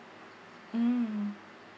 mm